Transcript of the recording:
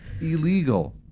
illegal